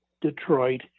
Detroit